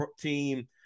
team